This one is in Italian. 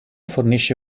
fornisce